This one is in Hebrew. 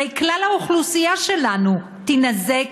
כלל האוכלוסייה שלנו תינזק,